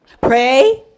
Pray